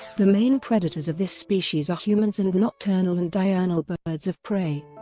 the main predators of this species are humans and nocturnal and diurnal but birds of prey.